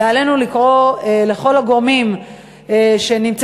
ועלינו לקרוא לכל הגורמים במדינה